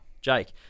Jake